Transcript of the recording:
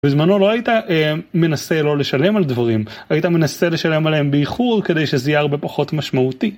בזמנו לא היית מנסה לא לשלם על דברים, היית מנסה לשלם עליהם באיחור כדי שזה יהיה הרבה פחות משמעותי.